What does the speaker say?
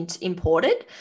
imported